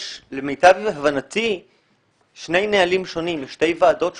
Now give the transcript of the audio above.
יש למיטב הבנתי שני נהלים שונים לשתי ועדות שונות.